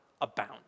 abound